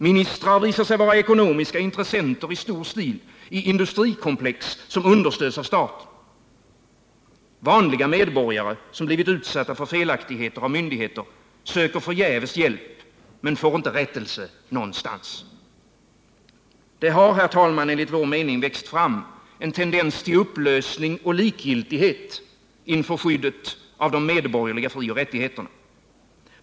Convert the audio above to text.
Ministrar visar sig vara ekonomiska intressenter i stor stil i industrikomplex som understöds av staten. Vanliga medborgare, som blivit utsatta för felaktigheter av myndigheter, söker förgäves hjälp men får inte rättelse någonstans. Det har enligt vår mening vuxit fram en tendens till upplösning av och likgiltighet inför skyddet av de medborgerliga frioch rättigheterna.